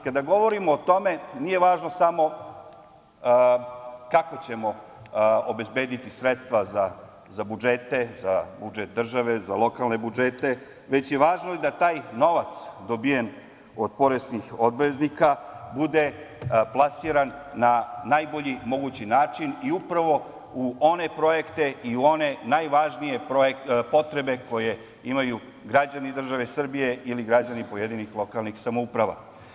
Kada govorimo o tome, nije važno samo kako ćemo obezbediti sredstva za budžete, za budžet države, za lokalne budžete, već je važno i da taj novac, dobijen od poreskih obveznika bude plasiran na najbolji mogući način i upravo u one projekte i u one najvažnije potrebe koje imaju građani države Srbije ili građani pojedinih lokalnih samouprava.